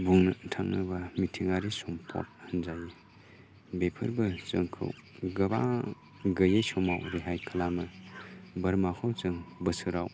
बुंनो थाङोबा मिथिंगायारि सम्पद होनजायो बेफोरबो जोंखौ गोबां गैयि समाव रेहाय खालामो बोरमाखौ जों बोसोराव